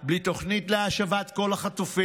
בלי תוכנית להשבת כל החטופים,